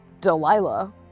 Delilah